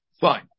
Fine